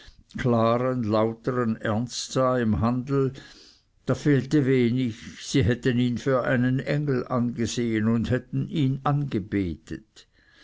klaren lautern ernst sah im handel da fehlte wenig sie hätten ihn für einen engel an gesehen und hätten ihn angebetet